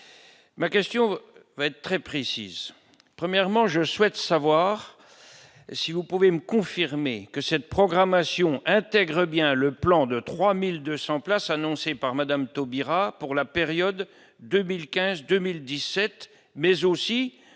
ma question est très précise : premièrement, je souhaite savoir si vous pouvez me confirmer que cette programmation intègre bien le plan de 3200 places annoncées par Madame Taubira pour la période 2015, 2017, mais aussi